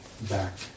back